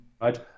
right